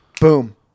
boom